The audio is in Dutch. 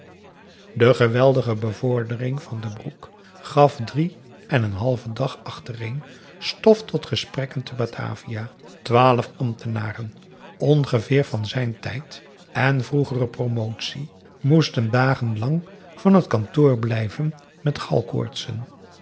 de geweldige bevordering van van den broek gaf drie en een halven dag achtereen stof tot gesprekken te batavia twaalf ambtenaren ongeveer van zijn tijd en vroegere promotie moesten dagen lang van t kantoor blijven met